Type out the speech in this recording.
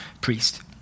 priest